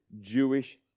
Jewish